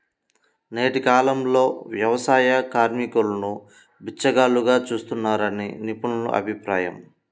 నేటి కాలంలో వ్యవసాయ కార్మికులను బిచ్చగాళ్లుగా చూస్తున్నారని నిపుణుల అభిప్రాయం